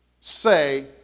Say